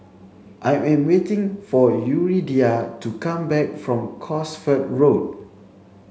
I am waiting for Yuridia to come back from Cosford Road